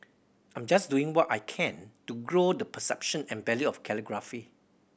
I'm just doing what I can to grow the perception and value of calligraphy